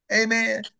Amen